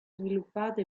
sviluppato